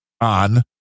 on